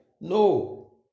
No